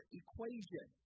equation